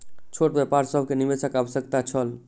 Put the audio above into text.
छोट व्यापार सभ के निवेशक आवश्यकता छल